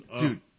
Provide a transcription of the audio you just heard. dude